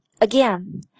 Again